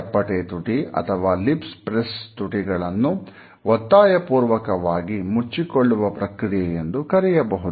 ಚಪ್ಪಟೆ ತುಟಿ ಅಥವಾ ಲಿಪ್ಸ್ ಪ್ರೆಸ್ ತುಟಿಗಳನ್ನು ಒತ್ತಾಯಪೂರ್ವಕವಾಗಿ ಮುಚ್ಚಿಕೊಳ್ಳುವ ಪ್ರಕ್ರಿಯೆಯೆಂದು ಕರೆಯಬಹುದು